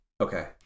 Okay